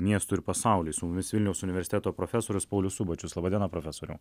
miestui ir pasauliui su mumis vilniaus universiteto profesorius paulius subačius laba diena profesoriau